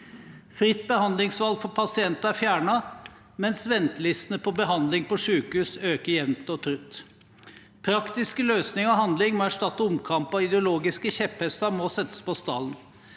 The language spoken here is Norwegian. Fritt behandlingsvalg for pasienter er fjernet, mens ventelistene for behandling på sykehus øker jevnt og trutt. Praktiske løsninger og handling må erstatte omkamper, og ideologiske kjepphester må settes på stallen.